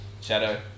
Shadow